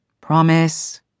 Promise